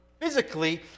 physically